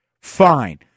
Fine